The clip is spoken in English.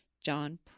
John